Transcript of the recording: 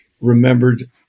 remembered